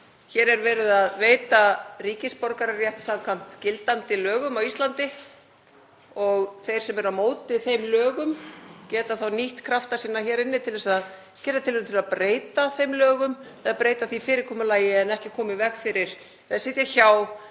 Hér er verið að veita ríkisborgararétt samkvæmt gildandi lögum á Íslandi og þeir sem eru á móti þeim lögum geta nýtt krafta sína hér inni til að gera tilraun til að breyta þeim lögum eða breyta því fyrirkomulagi en ekki koma í veg fyrir eða sitja hjá